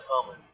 common